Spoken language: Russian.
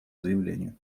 заявлению